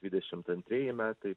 dvidešimt antrieji metai